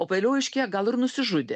o pavėliau aiškėja gal ir nusižudė